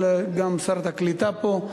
גם שרת הקליטה פה,